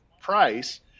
price